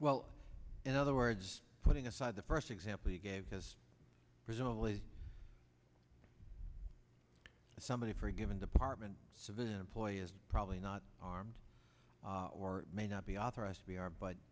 well in other words putting aside the first example you gave because presumably somebody for a given department civilian employee is probably not armed or may not be authorized we are but